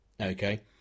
okay